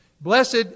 Blessed